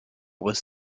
was